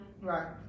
Right